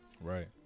Right